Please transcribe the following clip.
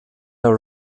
der